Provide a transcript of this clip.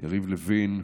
יריב לוין,